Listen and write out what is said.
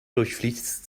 durchfließt